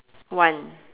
one